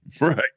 Right